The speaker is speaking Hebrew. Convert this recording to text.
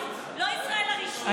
לא ישראל הרשמית, ישראל השנייה.